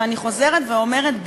ואני חוזרת ואומרת,